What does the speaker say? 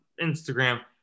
instagram